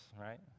right